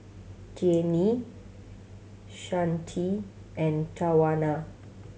Deanne Shante and Tawanna